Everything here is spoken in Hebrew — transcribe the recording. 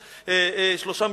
שלושה,